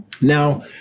now